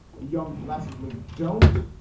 the young blessedly don't.